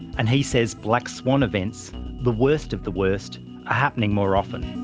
and he says black swan events the worst of the worst are happening more often.